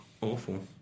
awful